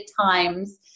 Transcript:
times